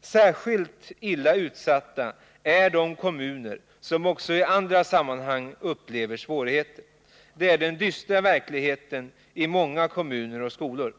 Särskilt utsatta är de kommuner som också i andra sammanhang upplever svårigheter. Detta är den dystra verkligheten i många kommuner och skolor.